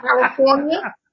California